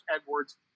edwards